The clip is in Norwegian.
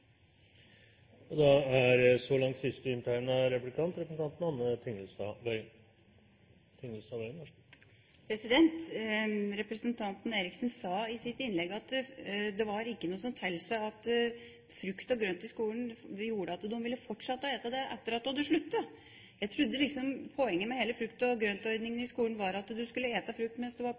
Representanten Eriksen sa i sitt innlegg at det ikke var noe som tilsa at frukt og grønt i skolen gjorde at barna ville fortsette å spise det etter at de hadde sluttet. Jeg trodde liksom poenget med hele frukt-og-grønt-ordningen i skolen var at du skulle spise frukt mens du var på